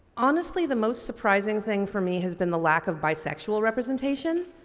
honestly, the most surprising thing for me has been the lack of bisexual representation.